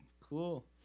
cool